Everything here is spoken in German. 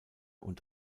und